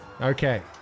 Okay